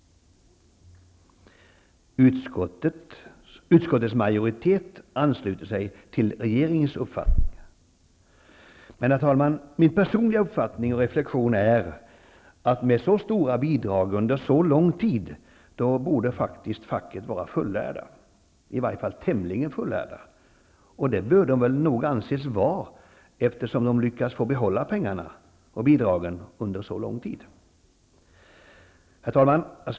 Utskottets majoritet ansluter sig till regeringens uppfattning. Min personliga reflektion är att med så stora bidrag under så lång tid borde facken vara fullärda, i varje fall tämligen fullärda. Och det bör de nog anses vara, eftersom de lyckats få behålla bidragen under så lång tid. Herr talman!